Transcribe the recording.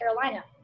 Carolina